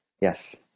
yes